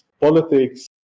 politics